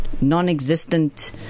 non-existent